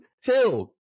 Hill